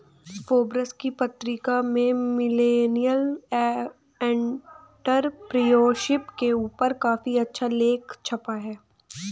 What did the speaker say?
Forbes की पत्रिका में मिलेनियल एंटेरप्रेन्योरशिप के ऊपर काफी अच्छा लेख छपा है